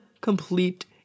complete